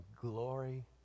glory